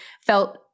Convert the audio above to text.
felt